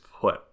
put